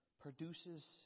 produces